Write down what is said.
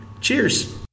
cheers